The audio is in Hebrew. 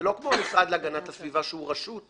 זה לא כמו המשרד להגנת הסביבה שהוא רשות.